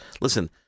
listen